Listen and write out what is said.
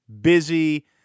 busy